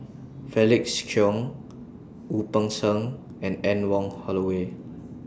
Felix Cheong Wu Peng Seng and Anne Wong Holloway